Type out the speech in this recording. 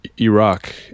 iraq